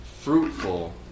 fruitful